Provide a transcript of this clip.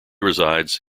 resides